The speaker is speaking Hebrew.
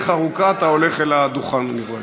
דרך ארוכה אתה הולך אל הדוכן, אני רואה.